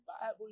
Bible